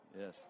Yes